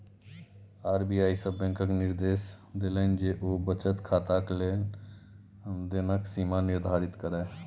RBI सभ बैंककेँ निदेर्श देलनि जे ओ बचत खाताक लेन देनक सीमा निर्धारित करय